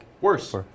Worse